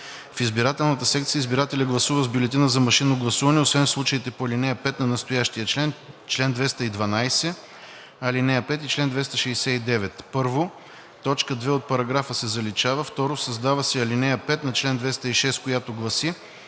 В избирателната секция избирателят гласува с бюлетина за машинно гласуване, освен в случаите по ал. 5 на настоящия член, чл. 212, ал. 5 и чл. 269.“ 2. Точка 2 от параграфа се заличава. 3. Създава се ал. 5 на чл. 206, която гласи: